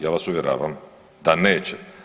Ja vas uvjeravam da neće.